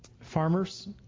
farmers